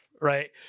right